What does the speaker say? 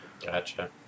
Gotcha